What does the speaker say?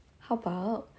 how bout